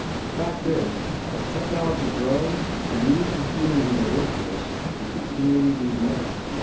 the fact is, as technology grows the need for humans in the work force will continually be diminished.